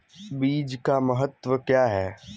बीज का महत्व क्या है?